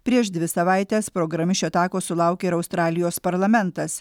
prieš dvi savaites programišių atakos sulaukė ir australijos parlamentas